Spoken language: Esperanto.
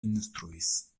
instruis